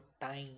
time